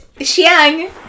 Xiang